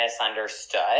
misunderstood